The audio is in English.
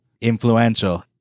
influential